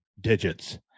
digits